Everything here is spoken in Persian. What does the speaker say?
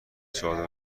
چادر